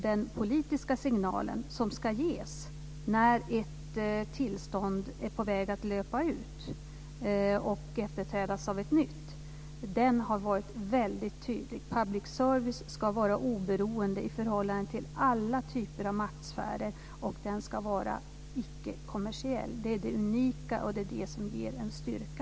Den politiska signalen som ges när ett tillstånd är på väg att löpa ut och ska efterträdas av ett nytt har varit väldigt tydlig. Public service ska vara oberoende i förhållande till alla typer av maktsfärer, och den ska vara icke-kommersiell. Det är det unika och det som ger en styrka.